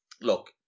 look